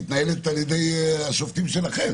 מתנהלת על ידי השופטים שלכם